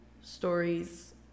stories